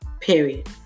Period